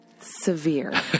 severe